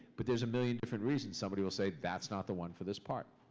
but there's a million different reasons somebody will say, that's not the one for this part.